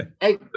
hey